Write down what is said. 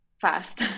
fast